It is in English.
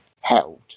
held